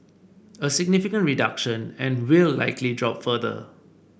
a significant reduction and will likely drop further